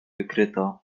wykryto